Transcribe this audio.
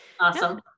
Awesome